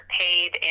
paid